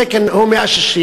התקן הוא 160,